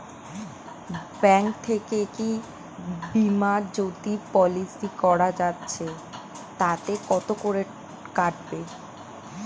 Bank থেকে কী বিমাজোতি পলিসি করা যাচ্ছে তাতে কত করে কাটবে?